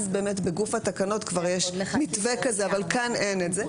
אז באמת בגוף התקנות כבר יש מתווה כזה אבל כאן אין את זה.